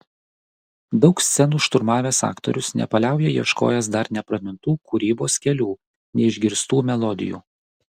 daug scenų šturmavęs aktorius nepaliauja ieškojęs dar nepramintų kūrybos kelių neišgirstų melodijų